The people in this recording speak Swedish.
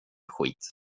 skit